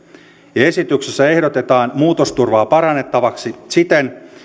esityksessä ehdotetaan muutosturvaa parannettavaksi siten